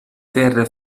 terre